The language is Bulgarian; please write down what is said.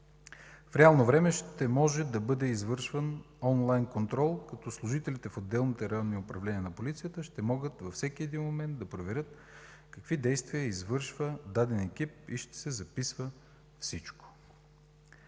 В реално време ще може да бъде извършван онлайн контрол, като служителите в отделните районни управления на Полицията ще могат във всеки момент да проверят какви действия извършва даден екип и ще се записва всичко.